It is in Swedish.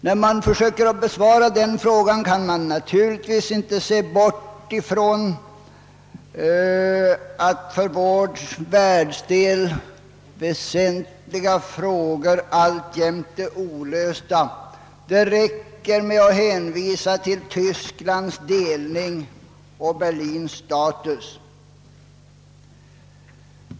När man försöker besvara den frågan kan man naturligtvis inte se bort från att för vår världsdel väsentliga frågor alltjämt är olösta. Det räcker med att hänvisa till Tysklands delning och Berlins status.